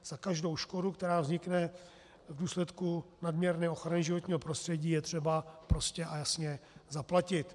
Za každou škodu, která vznikne v důsledku nadměrné ochrany životního prostředí, je třeba prostě a jasně zaplatit.